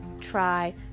try